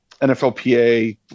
NFLPA